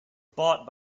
bought